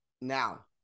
now